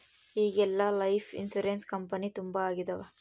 ಈಗೆಲ್ಲಾ life insurance company ತುಂಬಾ ಆಗಿದವ